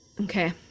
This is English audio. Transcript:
Okay